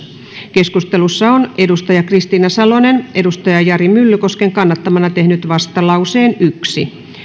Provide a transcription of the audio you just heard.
keskustelussa on kristiina salonen jari myllykosken kannattamana tehnyt vastalauseen yksi